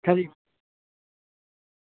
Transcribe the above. ખરી વાત